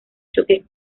choques